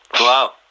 Wow